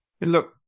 Look